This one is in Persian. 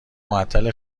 معطل